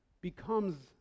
becomes